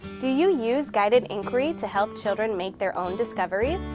do you use guided inquiry to help children make their own discoveries?